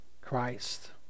Christ